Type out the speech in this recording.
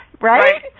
Right